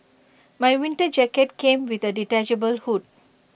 my winter jacket came with A detachable hood